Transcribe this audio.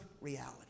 reality